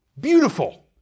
Beautiful